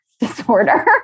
disorder